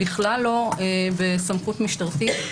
בכלל לא בסמכות משטרתית.